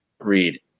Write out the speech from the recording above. read